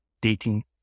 dating